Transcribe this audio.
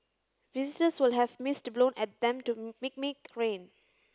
visitors will have mist blown at them to mimic rain